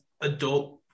adult